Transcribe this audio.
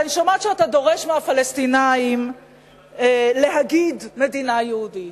אני שומעת שאתה דורש מהפלסטינים להגיד: מדינה יהודית,